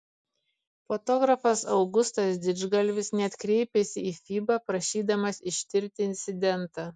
fotografas augustas didžgalvis net kreipėsi į fiba prašydamas ištirti incidentą